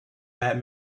that